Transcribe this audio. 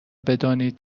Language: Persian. بدانید